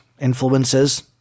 influences